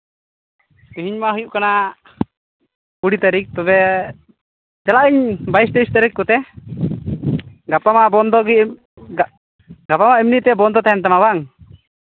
ᱛᱮᱦᱤᱧ ᱢᱟ ᱦᱩᱭᱩᱜ ᱠᱟᱱᱟ ᱠᱩᱲᱤ ᱛᱟᱹᱨᱤᱠᱷ ᱛᱚᱵᱮ ᱪᱟᱞᱟᱜ ᱟᱹᱧ ᱵᱟᱭᱤᱥ ᱛᱮᱭᱤᱥ ᱛᱟᱹᱨᱤᱠᱷ ᱠᱚᱛᱮ ᱜᱟᱯᱟ ᱢᱟ ᱵᱚᱱᱫᱚ ᱜᱮ ᱜᱟᱯᱟ ᱢᱟ ᱮᱢᱱᱤ ᱛᱮ ᱵᱚᱱᱫᱚ ᱛᱟᱦᱮᱱ ᱛᱟᱢᱟ ᱵᱟᱝ